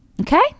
Okay